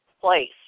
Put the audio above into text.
place